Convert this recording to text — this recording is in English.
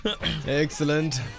Excellent